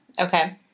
Okay